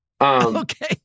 Okay